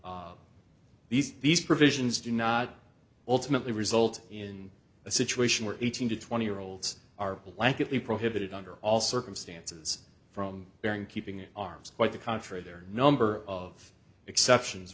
these these provisions do not ultimately result in a situation where eighteen to twenty year olds are blanket be prohibited under all circumstances from bearing keeping in arms quite the contrary there number of exceptions